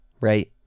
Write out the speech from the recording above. right